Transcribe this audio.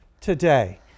today